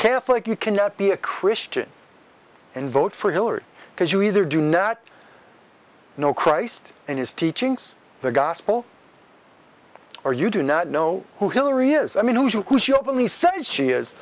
catholic you cannot be a christian and vote for hillary because you either do not know christ and his teachings the gospel or you do not know who hillary is i mean